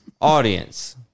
audience